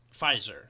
Pfizer